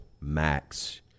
max